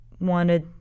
wanted